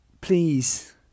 Please